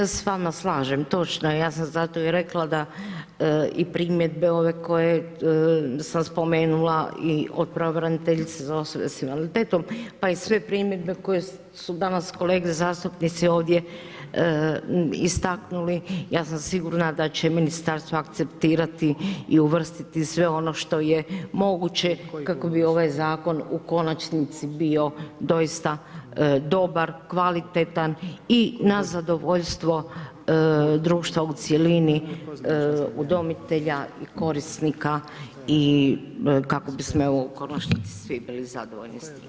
Da, ja se s vama slažem, točno je, ja sam zato i rekla da i primjedbe ove koje sam spomenula i od pravobraniteljice za osobe sa invaliditetom pa i sve primjedbe koje su danas kolege zastupnici ovdje istaknuli, ja sam sigurna da će Ministarstvo akceptirati i uvrstiti sve ono što je moguće kako bi ovaj zakon u konačnici bio doista dobar, kvalitetan i na zadovoljstvo društva u cjelini udomitelja i korisnika kako bismo evo u konačnici svi bili zadovoljni s tim.